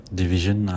division